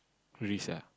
risk ah